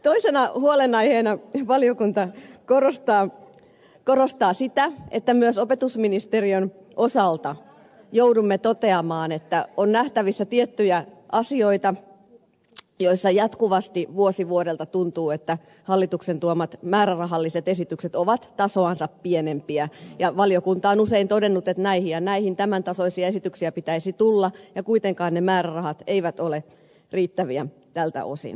toisena huolenaiheena valiokunta korostaa sitä että myös opetusministeriön osalta joudumme toteamaan että on nähtävissä tiettyjä asioita joissa jatkuvasti vuosi vuodelta tuntuu että hallituksen tuomat määrärahalliset esitykset ovat tasoansa pienempiä ja valiokunta on usein todennut että näihin ja näihin tämän tasoisia esityksiä pitäisi tulla ja kuitenkaan ne määrärahat eivät ole riittäviä tältä osin